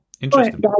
Interesting